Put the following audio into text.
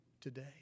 today